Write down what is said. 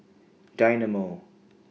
Dynamo